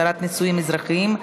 התרת נישואין אזרחיים),